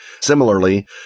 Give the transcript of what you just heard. Similarly